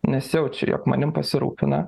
nesijaučiu jog manim pasirūpina